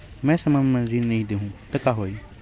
मैं समय म ऋण नहीं देहु त का होही